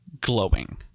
glowing